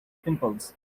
pimples